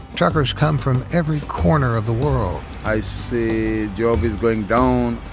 truckers come from every corner of the world. i see job is going down,